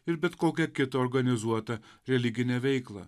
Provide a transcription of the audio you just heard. ir bet kokią kito organizuotą religinę veiklą